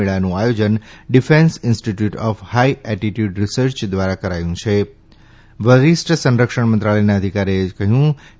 મેળાનું આયોજન Defence Institute of High Altitude Research દ્વારા કરાયું છેવરિષ્ઠ સંરક્ષણ મંત્રાલયના અધિકારીએ કહ્યું કે